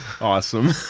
Awesome